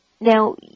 Now